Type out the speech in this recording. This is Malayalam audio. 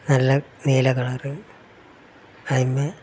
നല്ല നീല കളർ അതിന്മേൽ